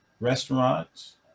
restaurants